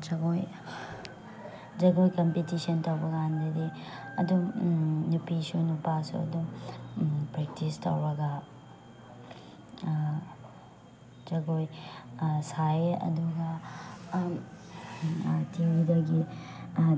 ꯖꯒꯣꯏ ꯖꯒꯣꯏ ꯀꯝꯄꯤꯇꯤꯁꯟ ꯇꯧꯕ ꯀꯥꯟꯗꯗꯤ ꯑꯗꯨꯝ ꯅꯨꯄꯤꯁꯨ ꯅꯨꯄꯥꯁꯨ ꯑꯗꯨꯝ ꯄ꯭ꯔꯦꯛꯇꯤꯁ ꯇꯧꯔꯒ ꯖꯒꯣꯏ ꯁꯥꯏ ꯑꯗꯨꯒ